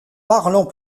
parlant